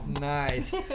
Nice